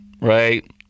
right